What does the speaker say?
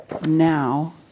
now